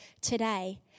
today